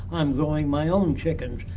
i'm growing my own chickens.